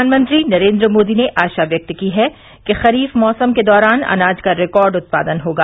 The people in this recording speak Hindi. प्रधानमंत्री नरेन्द्र मोदी ने आशा व्यक्त की है कि खरीफ मौसम के दौरान अनाज का रिकार्ड उत्पादन होगा